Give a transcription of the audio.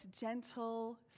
gentle